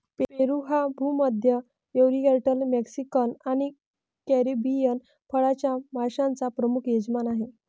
पेरू हा भूमध्य, oriental, Mexican आणि कॅरिबियन फळांच्या माश्यांचा प्रमुख यजमान आहे